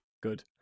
Good